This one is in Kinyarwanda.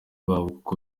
koko